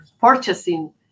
purchasing